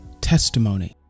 testimony